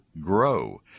grow